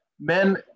men